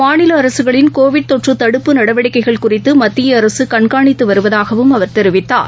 மாநிலஅரசுகளின் Covid தொற்றுதடுப்பு நடவடிக்கைகள் குறித்துமத்தியஅரசுகண்காணித்துவருவதாகஅவர் தெரிவித்தார்